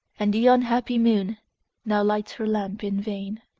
and the unhappy moon now lights her lamp in vain.